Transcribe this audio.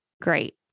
great